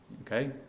Okay